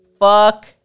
Fuck